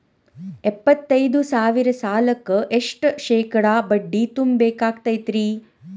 ಎಪ್ಪತ್ತೈದು ಸಾವಿರ ಸಾಲಕ್ಕ ಎಷ್ಟ ಶೇಕಡಾ ಬಡ್ಡಿ ತುಂಬ ಬೇಕಾಕ್ತೈತ್ರಿ?